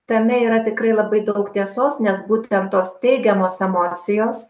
tame yra tikrai labai daug tiesos nes būtent tos teigiamos emocijos